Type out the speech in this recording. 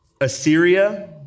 Assyria